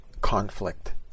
conflict